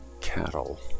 cattle